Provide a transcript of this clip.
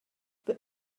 but